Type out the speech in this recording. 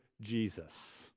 Jesus